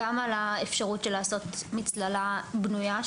גם על האפשרות לעשות מצללה בנויה,